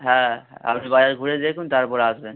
হ্যাঁ আপনি বাজার ঘুরে দেখুন তারপরে আসবেন